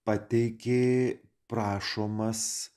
pateikė prašomas